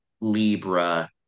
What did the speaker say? Libra